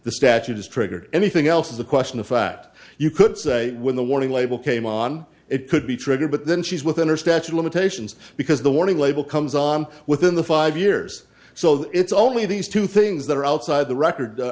the statute is triggered anything else is a question of fact you could say when the warning label came on it could be triggered but then she's within her statute limitations because the warning label comes on within the five years so that it's only these two things that are outside the record